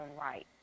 right